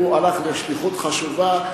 הוא הלך בשליחות חשובה,